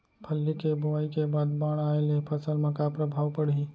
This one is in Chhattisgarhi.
फल्ली के बोआई के बाद बाढ़ आये ले फसल मा का प्रभाव पड़ही?